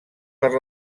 per